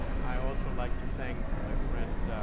i also like to thank my friend,